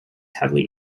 heavily